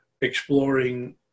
exploring